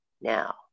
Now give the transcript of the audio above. Now